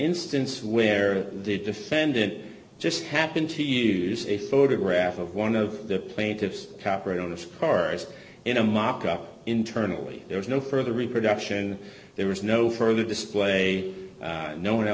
instance where the defendant just happened to use a photograph of one of the plaintiffs coppertone the cars in a mock up internally there was no further reproduction there was no further display no one